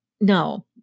no